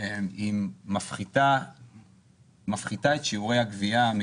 היא מפחיתה את שיעורי הגבייה,